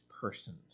persons